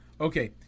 Okay